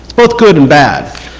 both good and bad.